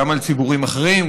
גם על ציבורים אחרים,